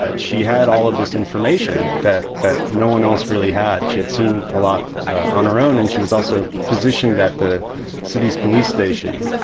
ah she had all of this information that that no one else really had. she had seen a lot on her own. and she was also position that the city's police station.